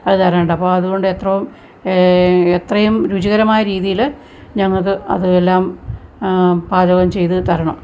അതു തരാനായിട്ട് അപ്പോൾ അതുകൊണ്ട് എത്രയും എത്രയും രുചികരമായ രീതിയിൽ ഞങ്ങൾക്ക് അതെല്ലാം പാചകം ചെയ്തു തരണം